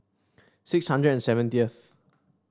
six hundred and seventieth